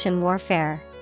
Warfare